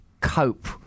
cope